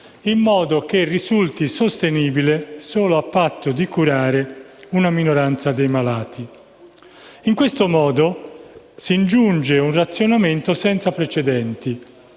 in modo che risulti sostenibile solo a patto di curare una minoranza dei malati. In questo modo si ingiunge un razionamento senza precedenti,